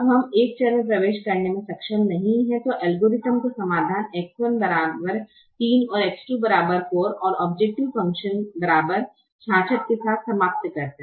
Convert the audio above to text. हम एक चर में प्रवेश करने में सक्षम नहीं हैं तो एल्गोरिथ्म का समाधान X1 3 X2 4 औब्जैकटिव फ़ंक्शन66 के साथ समाप्त करता है